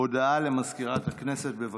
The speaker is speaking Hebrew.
הודעה למזכירת הכנסת, בבקשה.